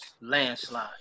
Landslide